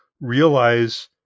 realize